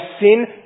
sin